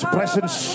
presence